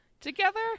together